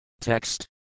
Text